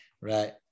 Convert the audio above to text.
right